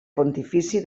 pontifici